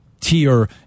tier